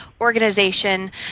organization